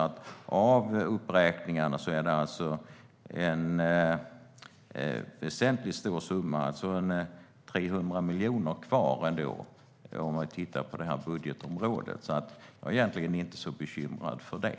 Av uppräkningarna är det alltså en avsevärd summa kvar, 300 miljoner, om vi ser till det här budgetområdet. Jag är därför inte så bekymrad för det.